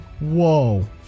Whoa